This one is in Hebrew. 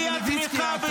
אדוני יושב-ראש האופוזיציה,